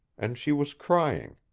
and she was crying.